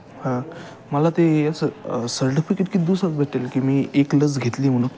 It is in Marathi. हां मला ते याचं सर्टफिकेट किती दिवसात भेटेल की मी एक लस घेतली म्हणून